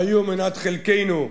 היו מנת חלקנו,